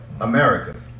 America